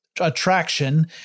attraction